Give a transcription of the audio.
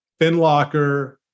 Finlocker